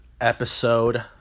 episode